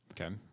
Okay